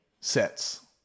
sets